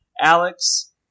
Alex